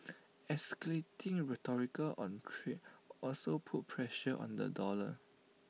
escalating rhetorical on trade also put pressure on the dollar